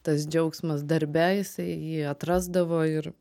tas džiaugsmas darbe jisai jį atrasdavo ir